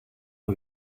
all